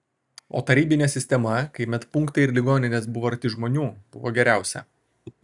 o tarybinė sistema kai medpunktai ir ligoninės buvo arti žmonių buvo geriausia